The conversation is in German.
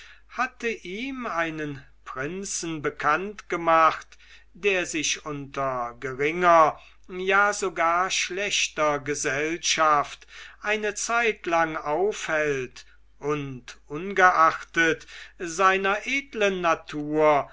hatte ihm einen prinzen bekannt gemacht der sich unter geringer ja sogar schlechter gesellschaft eine zeitlang aufhält und ungeachtet seiner edlen natur